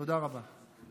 תודה רבה.